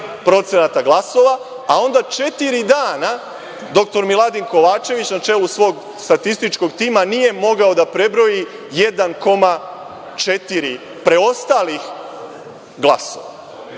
98,6% glasova, a onda četiri dana dr Miladin Kovačević na čelu svog statističkog tima nije mogao da prebroji 1,4 preostalih glasova.